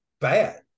bad